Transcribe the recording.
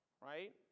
Right